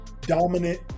Dominant